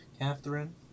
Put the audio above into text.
Catherine